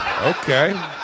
Okay